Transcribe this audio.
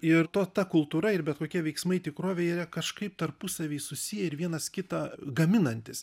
ir to ta kultūra ir bet kokie veiksmai tikrovėj yra kažkaip tarpusavyje susiję ir vienas kitą gaminantys